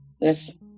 yes